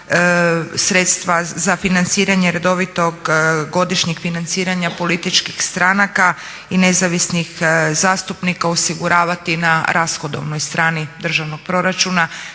osnovicu za financiranje redovitog godišnjeg financiranja političkih stranaka i nezavisnih zastupnika osiguravati na rashodovnoj strani državnog proračuna